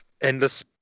endless